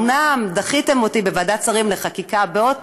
אומנם דחיתם אותי בוועדת שרים לחקיקה בעוד